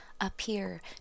appear